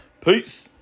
Peace